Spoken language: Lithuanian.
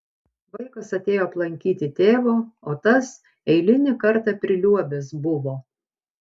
vaikas atėjo aplankyti tėvo o tas eilinį kartą priliuobęs buvo